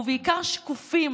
ובעיקר שקופים,